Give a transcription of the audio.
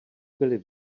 byly